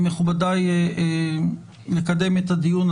מכובדיי, לקדם את הדיון.